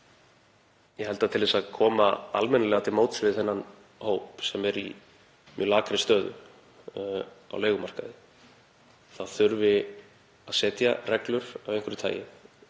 ég held að til að koma almennilega til móts við þennan hóp, sem er í slæmri stöðu á leigumarkaði, þurfi að setja reglur af einhverju tagi